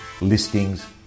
listings